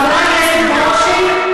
חבר הכנסת ברושי,